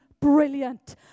brilliant